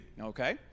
Okay